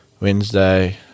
Wednesday